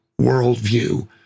worldview